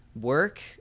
work